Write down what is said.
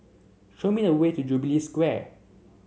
show me the way to Jubilee Square